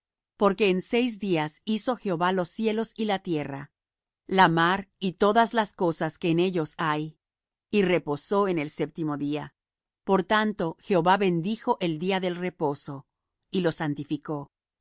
porque en seis días hizo jehová los cielos y la tierra la mar y todas las cosas que en ellos hay y reposó en el séptimo día por tanto jehová bendijo el día del reposo y lo santificó honra á